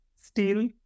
steel